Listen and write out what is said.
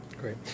Great